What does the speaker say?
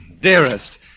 dearest